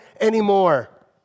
anymore